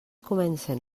comencen